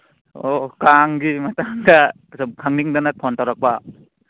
ꯑꯣ ꯀꯥꯡꯒꯤ ꯃꯇꯥꯡꯗ ꯁꯨꯝ ꯈꯪꯅꯤꯡꯗꯅ ꯐꯣꯟ ꯇꯧꯔꯛꯄ